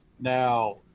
now